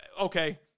okay